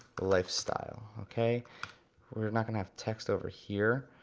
entrelifestyle. okay we are not gonna have text over here,